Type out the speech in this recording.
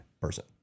person